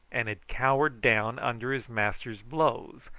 and had cowered down under his master's blows,